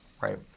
Right